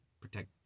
protect